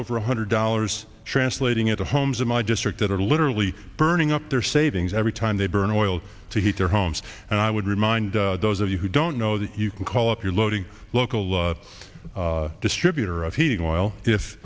over one hundred dollars translating into homes in my district that are literally burning up their savings every time they burn oil to heat their homes and i would remind those of you who don't know that you can call up your loading local law distributor of heating oil if